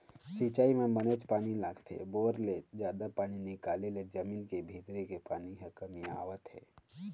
सिंचई म बनेच पानी लागथे, बोर ले जादा पानी निकाले ले जमीन के भीतरी के पानी ह कमतियावत हे